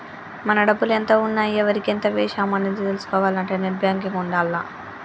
మన డబ్బులు ఎంత ఉన్నాయి ఎవరికి ఎంత వేశాము అనేది తెలుసుకోవాలంటే నెట్ బ్యేంకింగ్ ఉండాల్ల